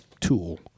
tool